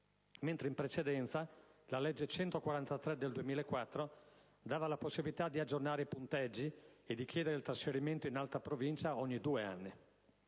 In precedenza, la legge n. 143 del 2004 dava la possibilità di aggiornare i punteggi e di chiedere il trasferimento in altra provincia ogni 2 anni.